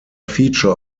feature